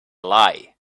lie